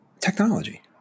technology